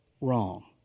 wrong